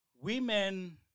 Women